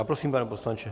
Prosím, pane poslanče.